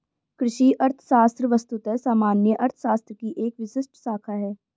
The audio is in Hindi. कृषि अर्थशास्त्र वस्तुतः सामान्य अर्थशास्त्र की एक विशिष्ट शाखा है